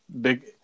big